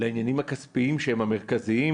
לעניינים הכספיים שהם המרכזיים,